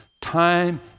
Time